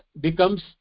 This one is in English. becomes